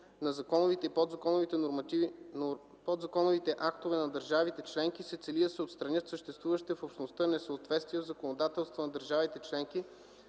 на подзаконовите актове на държавите членки се цели да се отстранят съществуващите в Общността несъответствия в законодателството на държавите членки